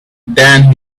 then